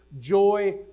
joy